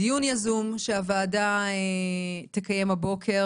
הדיון הוא דיון יזום שהוועדה תקיים הבוקר